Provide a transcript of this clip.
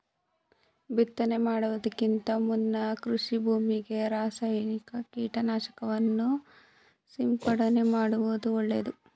ಬಿತ್ತನೆ ಮಾಡುವುದಕ್ಕಿಂತ ಮುನ್ನ ಕೃಷಿ ಭೂಮಿಗೆ ರಾಸಾಯನಿಕ ಕೀಟನಾಶಕವನ್ನು ಸಿಂಪಡಣೆ ಮಾಡುವುದು ಒಳ್ಳೆದು